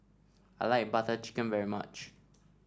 I like Butter Chicken very much